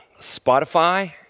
Spotify